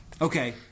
Okay